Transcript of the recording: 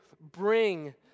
bring